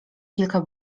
kilka